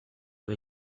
bei